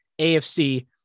AFC